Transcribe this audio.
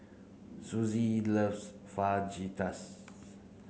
Suzette loves Fajitas